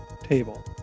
table